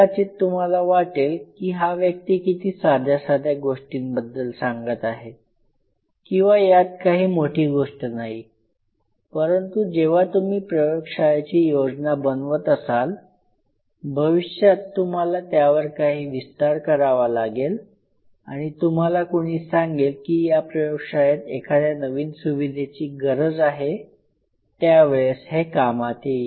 कदाचित तुम्हाला वाटेल की हा व्यक्ती किती साध्या साध्या गोष्टींबद्दल सांगत आहे किंवा यात काही मोठी गोष्ट नाही परंतु जेव्हा तुम्ही प्रयोगशाळेची योजना बनवत असाल भविष्यात तुम्हाला त्यावर काही विस्तार करावा लागेल आणि तुम्हाला कुणी सांगेल की या प्रयोगशाळेत एखाद्या नवीन सुविधेची गरज आहे त्यावेळेस हे कामात येईल